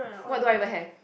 what do I even have